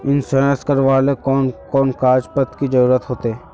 Insurance करावेल कोन कोन कागज पत्र की जरूरत होते?